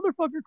motherfucker